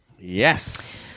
yes